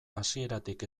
hasieratik